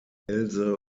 else